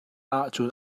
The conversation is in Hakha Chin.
ahcun